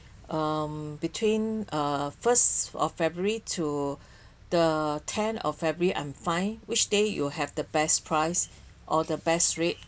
um between uh first of february to the tenth of february and fine which day you will have the best price or the best rate